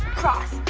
cross,